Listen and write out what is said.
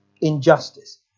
injustice